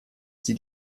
sie